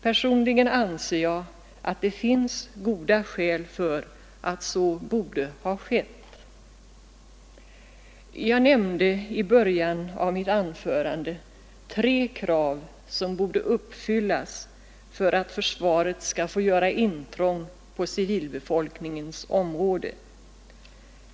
Personligen anser jag det finns skäl för att så borde ha skett. Jag nämnde i början av mitt anförande tre krav som borde uppfyllas för att försvaret skall få göra intrång på civilbefolkningens område.